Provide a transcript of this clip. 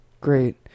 great